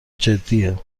جدیه